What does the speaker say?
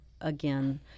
again